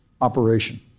operation